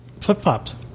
flip-flops